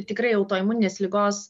tikrai autoimuninės ligos